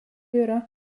yra